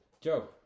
Joe